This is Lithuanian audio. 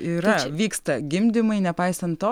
yra vyksta gimdymai nepaisant to